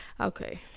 Okay